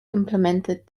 implemented